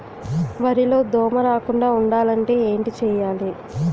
వరిలో దోమ రాకుండ ఉండాలంటే ఏంటి చేయాలి?